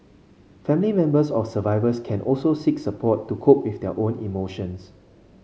family members of survivors can also seek support to cope with their own emotions